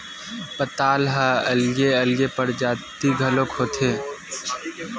पताल ह अलगे अलगे परजाति घलोक होथे